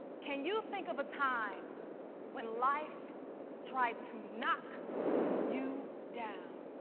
can you think of a time when life tried to knock you down?